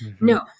No